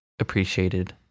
appreciated